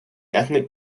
ethnic